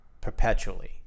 perpetually